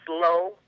slow